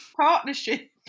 partnership